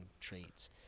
traits